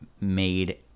made